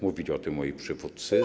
Mówili o tym moi przedmówcy.